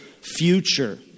future